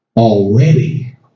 Already